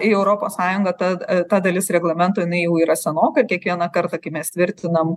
į europos sąjungą ta ta dalis reglamento jinai jau yra senoka ir kiekvieną kartą kai mes tvirtinam